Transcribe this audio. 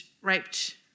raped